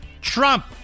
Trump